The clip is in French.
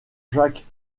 jacques